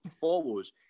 follows